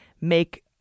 make